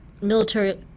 Military